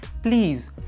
Please